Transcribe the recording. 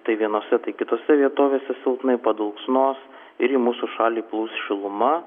tai vienose tai kitose vietovėse silpnai padulksnos ir į mūsų šalį plūs šiluma